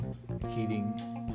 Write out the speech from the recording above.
heating